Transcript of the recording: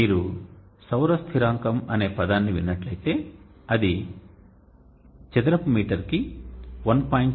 కాబట్టి మీరు సౌర స్థిరాంకం అనే పదాన్ని విన్నట్లయితే అది చదరపు మీటర్ కి 1